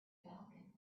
falcon